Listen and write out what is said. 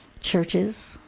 churches